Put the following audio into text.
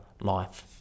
life